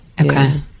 Okay